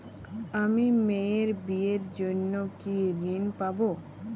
আমি মেয়ের বিয়ের জন্য কি ঋণ পাবো?